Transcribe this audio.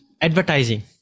advertising